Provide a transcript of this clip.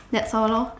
that's all lor